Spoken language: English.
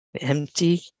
Empty